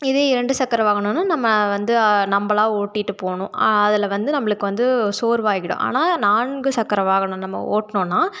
இதே இரண்டு சக்கர வாகனன்னா நம்ம வந்து நம்மளா ஓட்டிகிட்டுப் போகணும் அதில் வந்து நம்மளுக்கு வந்து சோர்வாகிவிடும் ஆனால் நான்கு சக்கர வாகனம் நம்ம ஓட்டினோன்னா